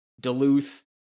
Duluth